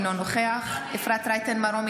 אינו נוכח אפרת רייטן מרום,